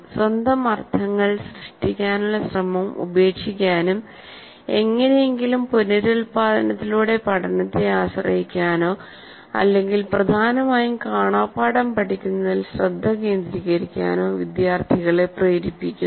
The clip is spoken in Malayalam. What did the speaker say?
സ്വന്തം അർത്ഥങ്ങൾ സൃഷ്ടിക്കാനുള്ള ശ്രമം ഉപേക്ഷിക്കാനും എങ്ങനെയെങ്കിലും പുനരുൽപാദനത്തിലൂടെ പഠനത്തെ ആശ്രയിക്കാനോ അല്ലെങ്കിൽ പ്രധാനമായും കാണാപ്പാഠം പഠിക്കുന്നതിൽ ശ്രദ്ധ കേന്ദ്രീകരിക്കാനോ വിദ്യാർത്ഥികളെ പ്രേരിപ്പിക്കുന്നു